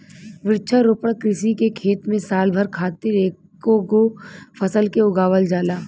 वृक्षारोपण कृषि के खेत में साल भर खातिर एकेगो फसल के उगावल जाला